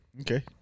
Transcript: Okay